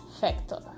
factor